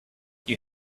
you